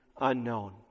unknown